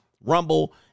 Rumble